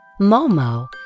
Momo